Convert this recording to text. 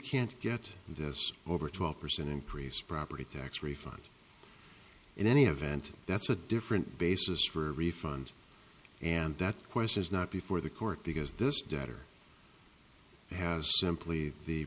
can't get this over twelve percent increase property tax refund in any event that's a different basis for a refund and that question is not before the court because this debtor has simply the